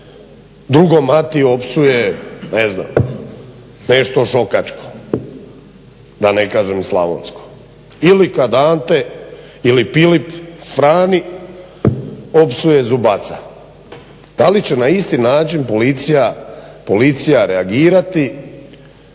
drugom Mati opsuje ne znam nešto šokačko, da ne kažem slavonsko? Ili kad Ante ili Pilip Frani opsuje zubatca? Da li će na isti način Policija reagirati,